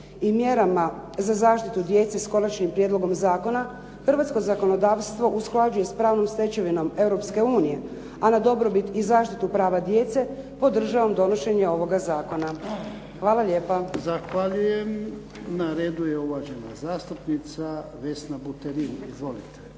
i mjerama za zaštitu djece s Konačnim prijedlogom Zakona hrvatsko zakonodavstvo usklađuje s pravnom stečevinom Europske unije, a na dobrobit i zaštitu prava djece, podržavam donošenje ovoga zakona. Hvala lijepa.